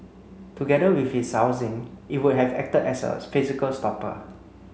together with its housing it would have acted as a physical stopper